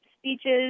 speeches